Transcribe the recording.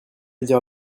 dire